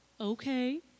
Okay